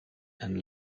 and